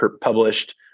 published